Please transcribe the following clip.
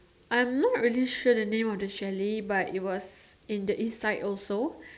I'm not really sure the name of the chalet but it was in the East side also